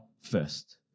first